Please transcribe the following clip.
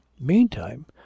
Meantime